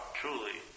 truly